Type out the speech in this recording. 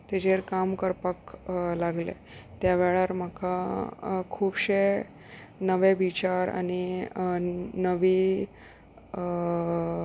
तेजेर काम करपाक लागलें त्या वेळार म्हाका खुबशे नवे विचार आनी नवी